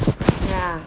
ya